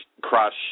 crush